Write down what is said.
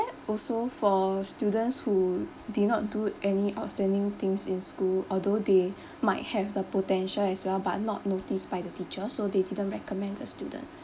also for students who did not do any outstanding things in school although they might have the potential as well but not noticed by the teacher so they didn't recommend the student